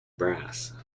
brass